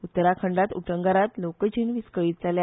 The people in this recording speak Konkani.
उत्तराखंडात उटंगारात लोकजीण विसकळीत जाल्या